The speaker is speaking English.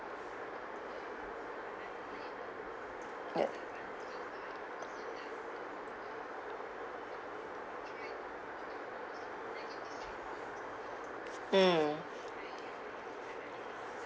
ya mm